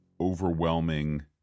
overwhelming